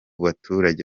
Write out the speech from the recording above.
baturage